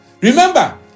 Remember